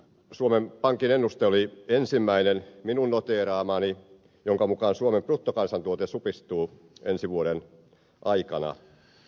suomen pankin ennuste oli ensimmäinen minun noteeraamani ennuste jonka mukaan suomen bruttokansantuote supistuu ensi vuoden aikana